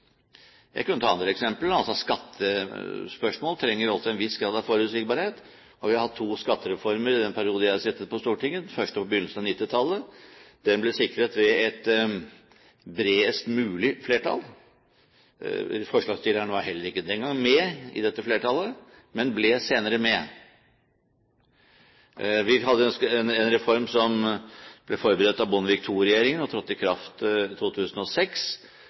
Jeg kunne ta andre eksempler. Skattespørsmål trenger også en viss grad av forutsigbarhet, og vi har hatt to skattereformer i den perioden jeg har sittet på Stortinget. Den første var på begynnelsen av 1990-tallet. Den ble sikret ved et bredest mulig flertall. Forslagsstilleren var heller ikke den gang med i dette flertallet, men ble senere med. Vi hadde en reform som ble forberedt av Bondevik II-regjeringen, og som trådte i kraft i 2006,